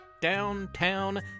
downtown